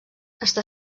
està